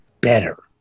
better